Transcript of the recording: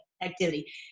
activity